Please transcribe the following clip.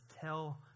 tell